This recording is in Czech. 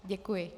Děkuji.